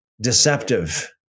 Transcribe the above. deceptive